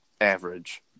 average